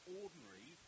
ordinary